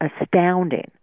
astounding